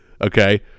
Okay